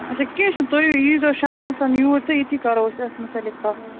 اَچھا کیٚنٛہہ چھُنہٕ تُہۍ ییٖزیو شامَن یوٗرۍ تہٕ ییٚتی کَرو أسۍ أتھۍ مُتعلِق کَتھ